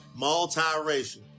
multiracial